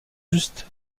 juste